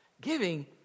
Giving